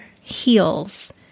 heals